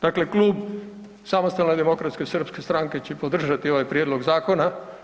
Dakle, Klub Samostalne demokratske srpske stranke će podržati ovaj Prijedlog zakona.